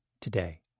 today